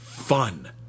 Fun